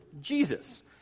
jesus